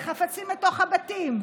וחפצים לתוך הבתים,